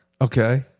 okay